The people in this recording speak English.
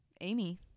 Amy